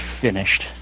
finished